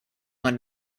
man